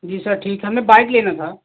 जी sir ठीक है हमें बाइक लेना था